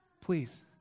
please